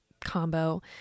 combo